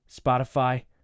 Spotify